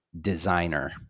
designer